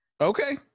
Okay